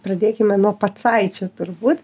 pradėkime nuo pacaičių turbūt